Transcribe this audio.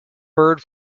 bird